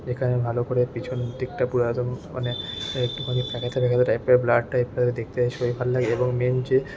যেখানে ভালো করে পিছন দিকটা পুরো একদম মানে একটু খানি ফাঁকা ফাঁকা টাইপের ব্লার টাইপের দেখতে একটু ভালো লাগে এবং মেন যে